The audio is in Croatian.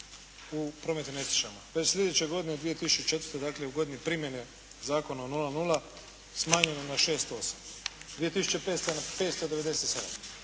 u prometnim nesrećama. Već sljedeće godine 2004. dakle u godini primjene Zakona o 0,0 smanjeno je na 608. 2005.